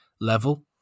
level